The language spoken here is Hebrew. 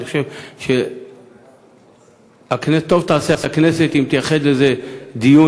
אני חושב שטוב תעשה הכנסת אם תייחד לזה דיון,